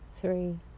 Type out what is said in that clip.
three